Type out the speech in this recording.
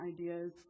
ideas